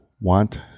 want